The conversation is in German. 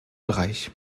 bereich